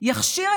את